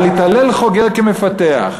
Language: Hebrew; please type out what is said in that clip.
אל יתהלל חוגר כמפתח.